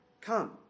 come